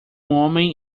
homem